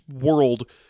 world